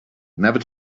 never